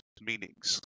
meanings